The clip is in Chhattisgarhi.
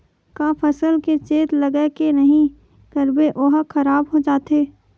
का फसल के चेत लगय के नहीं करबे ओहा खराब हो जाथे?